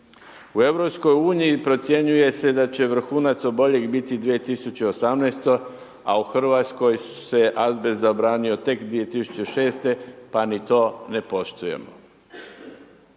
U EU procjenjuje se da će vrhunac oboljelih biti 2018.-oj, a u RH se azbest zabranio tek 2006.-te, pa ni to ne poštujemo.